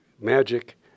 Magic